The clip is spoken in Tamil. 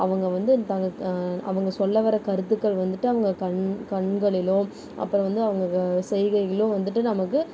அவங்க வந்து அவங்க சொல்ல வர கருத்துக்கள் வந்துவிட்டு அவங்க கண் கண்களிலோ அப்புறம் வந்து அவங்க செய்கைகளிலேயும் வந்துவிட்டு நமக்கு